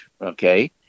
okay